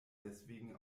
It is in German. deswegen